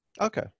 Okay